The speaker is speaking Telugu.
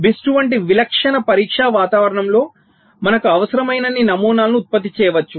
BIST వంటి విలక్షణ పరీక్షా వాతావరణంలో మనకు అవసరమైనన్ని నమూనాలను ఉత్పత్తి చేయవచ్చు